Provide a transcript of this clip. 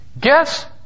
Guess